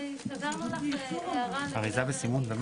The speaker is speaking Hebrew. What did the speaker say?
- האריזה והסימון.